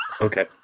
Okay